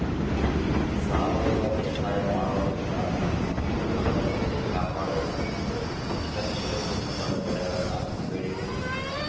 ಸಾವಯವ ಬೇಸಾಯ ಮಾಡೋದ್ರಿಂದ ಮಣ್ಣಿನ ಫಲವತ್ತತೆ ಕಾಪಾಡ್ಕೋಬೋದು ಮತ್ತ ಚೊಲೋ ಗುಣಮಟ್ಟದ ಬೆಳೆಗಳನ್ನ ಬೆಳಿಬೊದು